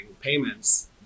payments